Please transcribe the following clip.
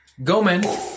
Gomen